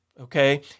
okay